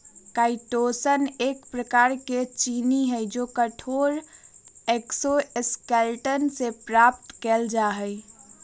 chitosan एक प्रकार के चीनी हई जो कठोर एक्सोस्केलेटन से प्राप्त कइल जा हई